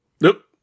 Nope